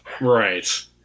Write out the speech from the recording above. Right